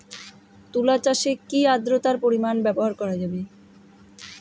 তুলা চাষে কি আদ্রর্তার পরিমাণ ব্যবহার করা যাবে?